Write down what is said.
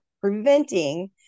preventing